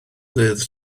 dydd